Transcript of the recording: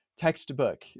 textbook